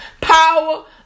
power